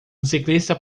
ciclista